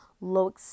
low